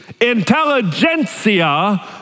intelligentsia